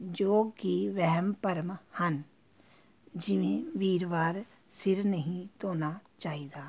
ਜੋ ਕਿ ਵਹਿਮ ਭਰਮ ਹਨ ਜਿਵੇਂ ਵੀਰਵਾਰ ਸਿਰ ਨਹੀਂ ਧੋਣਾ ਚਾਹੀਦਾ